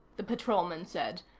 the patrolman said.